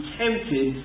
tempted